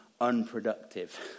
unproductive